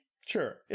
Sure